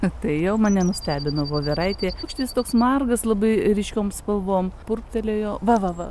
atėjau mane nustebino voveraitė paukštis toks margas labai ryškiom spalvom purptelėjo va va va